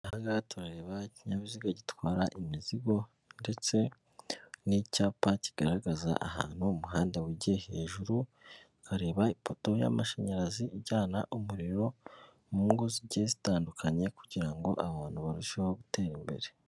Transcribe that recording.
Aha ngaha turareba ikinyabiziga gitwara imizigo ndetse n'icyapa kigaragaza ahantu umuhanda wigiye hejuru, tukareba ipoto y'amashanyarazi ijyana umuriro mu ngo zigiye zitandukanye kugira ngo abantu barusheho gutera imbere.